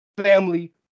family